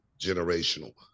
generational